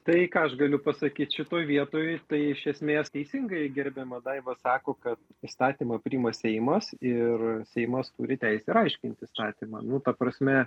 tai ką aš galiu pasakyt šitoj vietoj tai iš esmės teisingai gerbiama daiva sako kad įstatymą priima seimas ir seimas turi teisę ir aiškint įstatymą nu ta prasme